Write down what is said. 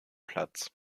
platz